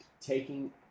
taking